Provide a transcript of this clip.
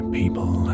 people